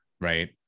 right